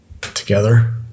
together